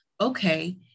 okay